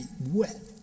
wet